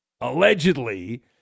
allegedly